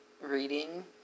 reading